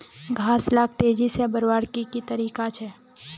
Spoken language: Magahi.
घास लाक तेजी से बढ़वार की की तरीका छे?